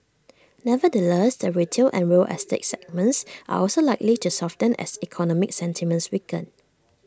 nevertheless the retail and real estate segments are also likely to soften as economic sentiments weaken